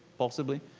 possibly?